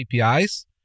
APIs